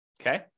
Okay